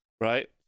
right